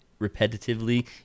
repetitively